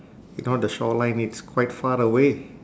you know the shoreline it's quite far away